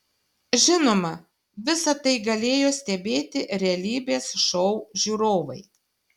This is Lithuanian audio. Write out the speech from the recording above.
žinoma visa tai galėjo stebėti realybės šou žiūrovai